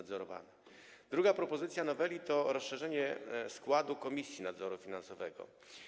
Druga propozycja noweli to rozszerzenie składu Komisji Nadzoru Finansowego.